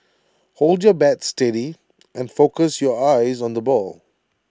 hold your bat steady and focus your eyes on the ball